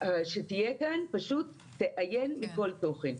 שתהיה כאן פשוט --- מכל תוכן.